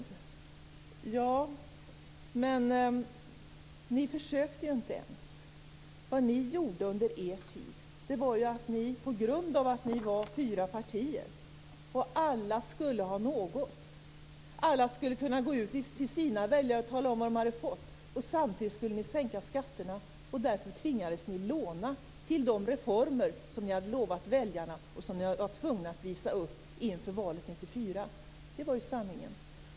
Ja, men ni försökte inte ens. Vad ni gjorde under er tid var att ni, på grund av att ni var fyra partier och alla skulle ha något - alla skulle kunna gå ut till sina väljare och tala om vad de hade fått, och samtidigt skulle ni sänka skatterna - tvingades låna till de reformer som ni hade lovat väljarna och som ni var tvungna att visa upp inför valet 1994. Det är sanningen.